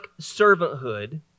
servanthood